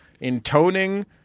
intoning